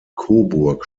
coburg